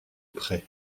près